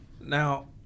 Now